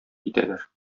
китәләр